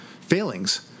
failings